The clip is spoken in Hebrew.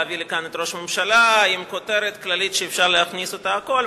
להביא לכאן את ראש הממשלה עם כותרת כללית שאפשר להכניס אליה הכול,